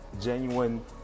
genuine